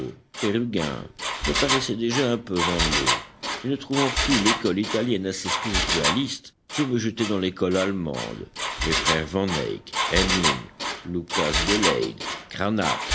me paraissaient déjà un peu vanloo et ne trouvant plus l'école italienne assez spiritualiste je me jetai dans l'école allemande les frères van eyk hemling lucas de leyde